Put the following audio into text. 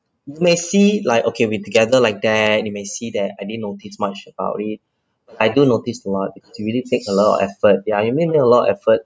you may see like okay we together like that you may see that I didn't notice much about it I do notice a lot you really take a lot of effort ya you really make a lot of effort